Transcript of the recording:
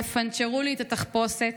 יפנצ'רו לי את התחפושת?